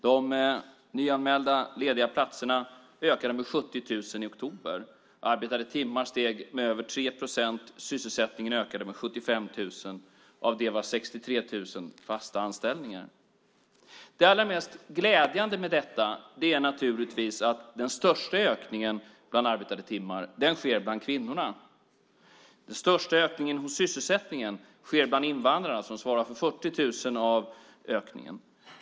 De nyanmälda lediga platserna ökade med 70 000 i oktober. Antalet arbetade timmar steg med över 3 procent, och sysselsättningen ökade med 75 000. Av det var 63 000 fasta anställningar. Det mest glädjande med detta är naturligtvis att den största ökningen av antalet arbetade timmar sker bland kvinnor. Den största ökningen av sysselsättningen sker bland invandrarna, som svarar för 40 000 av ökningen.